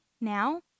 now